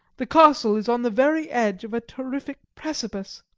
the castle is on the very edge of a terrible precipice.